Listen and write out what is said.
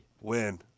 win